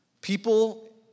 people